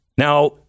Now